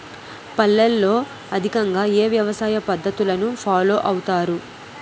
పల్లెల్లో అధికంగా ఏ వ్యవసాయ పద్ధతులను ఫాలో అవతారు?